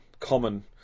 common